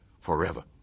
forever